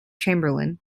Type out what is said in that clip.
chamberlain